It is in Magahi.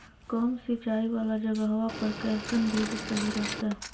कम सिंचाई वाला जगहवा पर कैसन बीज सही रहते?